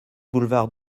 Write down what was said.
boulevard